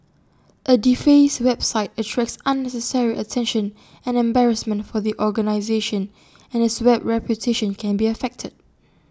A defaced website attracts unnecessary attention and embarrassment for the organisation and its web reputation can be affected